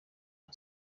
nka